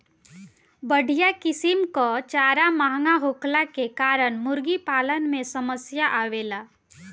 बढ़िया किसिम कअ चारा महंगा होखला के कारण मुर्गीपालन में समस्या आवेला